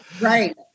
right